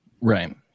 Right